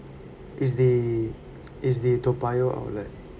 is the is the toa payoh outlet